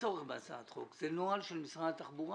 צורך בהצעת חוק, זה נוהל של משרד התחבורה.